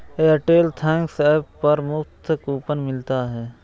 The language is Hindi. एयरटेल थैंक्स ऐप पर मुफ्त कूपन मिलता है